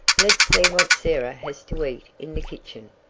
let's see what sarah has to eat in the kitchen.